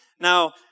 Now